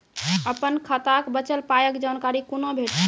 अपन खाताक बचल पायक जानकारी कूना भेटतै?